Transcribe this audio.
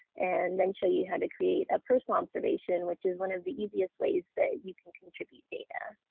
and then show you how to create a personal observation which is one of the easiest ways that you can contribute data.